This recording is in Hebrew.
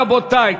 רבותי,